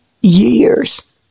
years